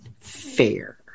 fair